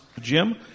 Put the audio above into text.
Jim